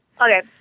Okay